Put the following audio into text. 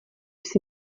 jsi